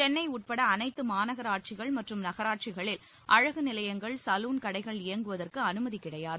சென்னை உட்பட அனைத்து மாநகராட்சிகள் மற்றும் நகராட்சிகளில் அழகு நிலையங்கள் சலூன் கடைகள் இயங்குவதற்கு அனுமதி கிடையாது